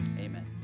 Amen